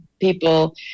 people